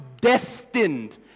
destined